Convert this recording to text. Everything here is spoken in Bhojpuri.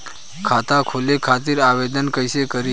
खाता खोले खातिर आवेदन कइसे करी?